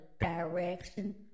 direction